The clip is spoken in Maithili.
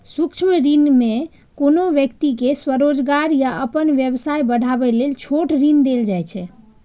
सूक्ष्म ऋण मे कोनो व्यक्ति कें स्वरोजगार या अपन व्यवसाय बढ़ाबै लेल छोट ऋण देल जाइ छै